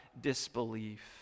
disbelief